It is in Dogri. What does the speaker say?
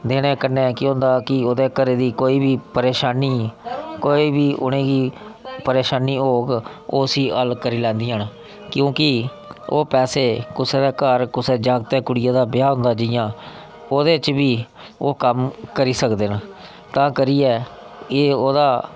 देने कन्नै केह् होंदा के ओह्दे घरै दी कोई बी परेशानी कोई बी उ'नेंगी परेशानी होग ओह् उसी हल्ल करी लैंदियां न क्योंकि ओह् पैसे कुसै दे घर कुसै दे कुड़ियै जागतै दा ब्याह् होंदा जियां ओह्दे च बी ओह् कम्म करी सकदे न तां करियै एह् ओह्दा